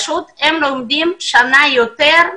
הם לומדים שנה יותר,